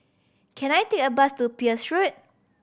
can I take a bus to Peirce Road